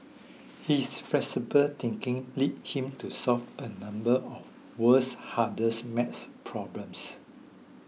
his flexible thinking lead him to solve a number of the world's hardest math problems